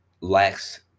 lacks